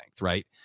right